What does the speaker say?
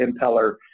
impeller